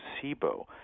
placebo